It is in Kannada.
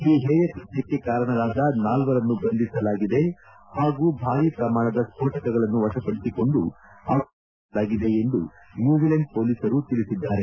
ಈ ಹೇಯಕೃತ್ಯಕ್ಷ ಕಾರಣರಾದ ನಾಲ್ವರನ್ನು ಬಂಧಿಸಲಾಗಿದೆ ಹಾಗೂ ಭಾರಿ ಪ್ರಮಾಣದ ಸ್ಕೋಟಕಗಳನ್ನು ವಶಪಡಿಸಿಕೊಂಡು ಅವುಗಳನ್ನು ನಿಷ್ಕಿಯಗೊಳಿಸಲಾಗಿದೆ ಎಂದು ನ್ಯೂಜಿಲೆಂಡ್ ಪೊಲೀಸರು ತಿಳಿಸಿದ್ದಾರೆ